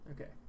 okay